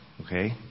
okay